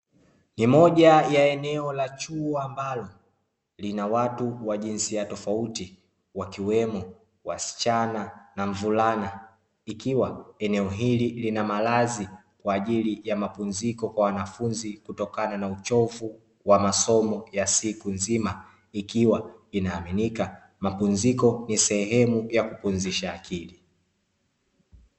Ni moja ya eneo la chuo ambalo lina watu wa jinsia tofauti wakiwemo wasichana na mvulana, ikiwa eneo hili lina malazi kwa ajili ya mapumziko kwa wanafunzi kutokana na uchovu wa masomo ya siku nzima, ikiwa inaaminika mapumziko ni sehemu ya kupumzisha akili.